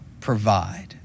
provide